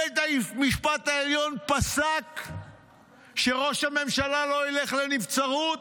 בית המשפט העליון פסק שראש הממשלה לא ילך לנבצרות,